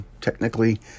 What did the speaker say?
Technically